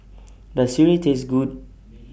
Does Sireh Taste Good